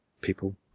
people